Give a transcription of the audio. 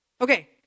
Okay